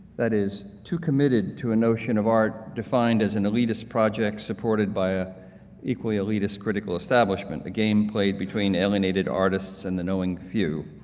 that is too committed to a notion of art defined as an elitist project supported by a equal elitist critical establishment, a game played between alienated artists and the knowing few,